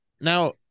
Now